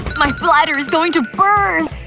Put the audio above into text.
my bladder's going to burst!